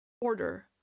order